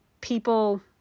people